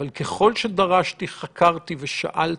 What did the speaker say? ככל שדרשתי, חקרתי ושאלתי,